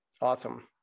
Awesome